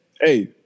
hey